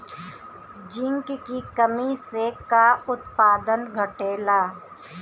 Zinc की कमी से का उत्पादन घटेला?